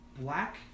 black